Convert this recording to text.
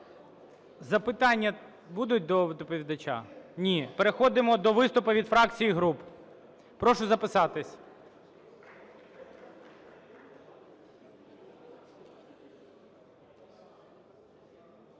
Запитання будуть до доповідача? Ні. Переходимо до виступів від фракцій і груп. Прошу записатись.